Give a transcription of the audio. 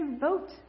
vote